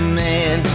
man